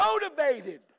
motivated